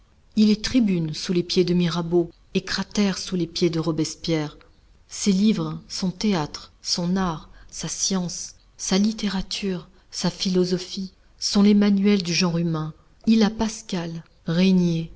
il est tribune sous les pieds de mirabeau et cratère sous les pieds de robespierre ses livres son théâtre son art sa science sa littérature sa philosophie sont les manuels du genre humain il a pascal régnier